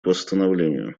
восстановлению